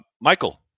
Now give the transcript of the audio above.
Michael